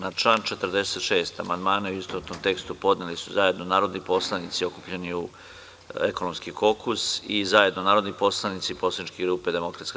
Na član 46. amandmane u istovetnom tekstu podneli su zajedno narodni poslanici okupljeni u ekonomski kokus i zajednonarodni poslanici poslaničke grupe DS.